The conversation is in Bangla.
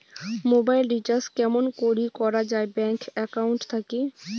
মোবাইল রিচার্জ কেমন করি করা যায় ব্যাংক একাউন্ট থাকি?